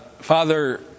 Father